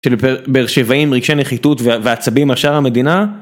באר שבעי עם רגשי נחיתות ועצבים על שאר המדינה.